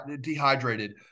dehydrated